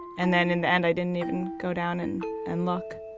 and then, in the end, i didn't even go down and and look.